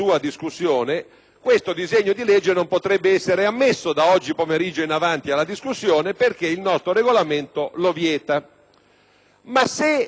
tale disegno di legge non potrebbe essere ammesso da oggi pomeriggio in avanti alla discussione perché il nostro Regolamento lo vieta.